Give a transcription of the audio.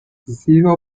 زیرا